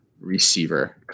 receiver